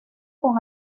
con